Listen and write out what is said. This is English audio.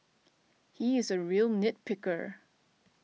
he is a real nit picker